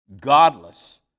godless